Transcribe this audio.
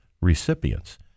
recipients